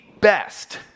best